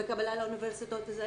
בקבלה לאוניברסיטאות.